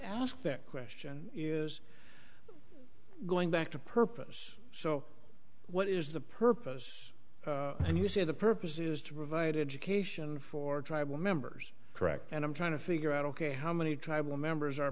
ask that question is going back to purpose so what is the purpose and you say the purpose is to provide education for tribal members correct and i'm trying to figure out ok how many tribal members are